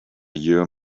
year